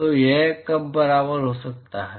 तो यह कब बराबर हो सकता है